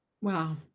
Wow